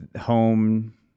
home